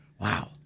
Wow